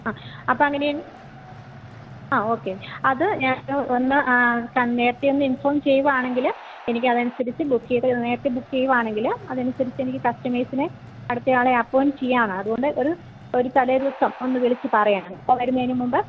ആ അപ്പം അങ്ങനെ ആ ഓക്കെ അത് ഞാൻ ഒന്ന് നേരത്തെയൊന്ന് ഇൻഫോം ചെയ്യുകയാണെങ്കിൽ എനിക്ക് അതനുസരിച്ച് ബുക്ക് ചെയ്ത് നേരത്തെ ബുക്ക് ചെയ്യുകയാണെങ്കിൽ അതനുസരിച്ച് എനിക്ക് കസ്റ്റമേഴ്സിനെ അടുത്തയാളെ അപ്പോയ്ൻറ്റ് ചെയ്യാം ആ അതുകൊണ്ട് ഒരു ഒരു തലേദിവസം ഒന്ന് വിളിച്ച് പറയണം കേട്ടോ വരുന്നതിന് മുമ്പ്